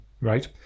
Right